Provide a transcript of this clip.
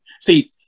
See